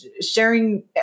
sharing